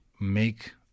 make